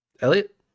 Elliot